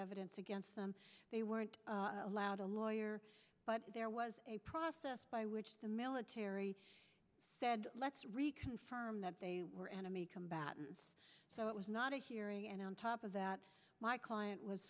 evidence against them they weren't allowed a lawyer but there was a process by which the military said let's reconfirm that they were enemy combatant so it was not a hearing and on top of that my client was